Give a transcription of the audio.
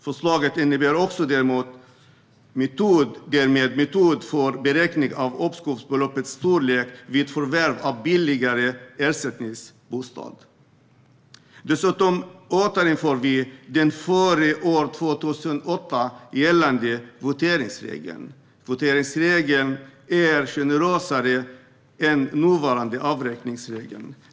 Förslaget innebär också ändrad metod för beräkning av uppskovsbeloppets storlek vid förvärv av en billigare ersättningsbostad. Dessutom återinför vi den före år 2008 gällande kvoteringsregeln. Kvoteringsregeln är generösare än den nuvarande avräkningsregeln.